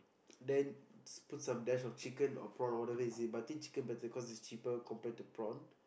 then puts some dash of chicken or prawn whatever it is but I think chicken better cause it is cheaper compared to prawn